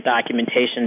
documentation